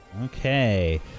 Okay